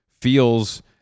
feels